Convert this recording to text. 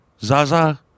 Zaza